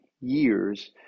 years